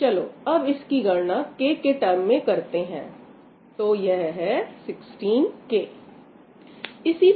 चलो अब इसकी गणना K के टर्म में करते हैं तो यह 16k है